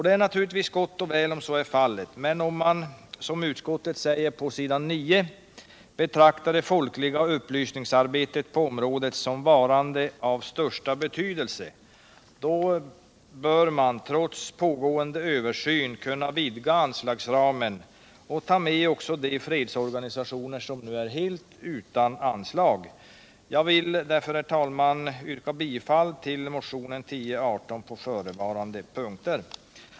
Det är naturligtvis gott och väl om så är fallet, men om man, som utskottet säger på s. 9, betraktar det folkliga upplysningsarbetet på området som varande av ”största betydelse”, då bör man, trots den pågående översynen, kunna vidga anslagsramen och ta med även de fredsorganisationer som nu är helt utan anslag. Jag ber därför, herr talman, att få yrka bifall till motionen 1018 på förevarande punkt.